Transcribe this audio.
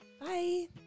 bye